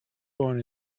born